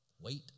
wait